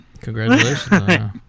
Congratulations